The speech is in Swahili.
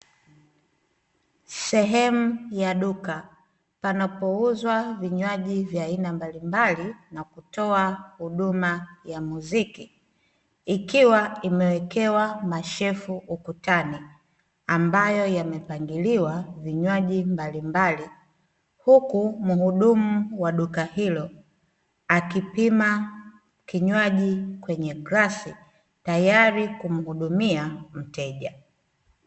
Sehemu ya duka panapouzwa vinywaji vya aina mbalimbali na kutoa huduma ya muziki, ikiwa imewekewa mashelfu ukutani, ambayo yamepangiliwa na vinywaji mbalimbali, huku mhudumu wa duka hilo akipima kinywaji kwenye glasi, tayari kumhudumia mteja.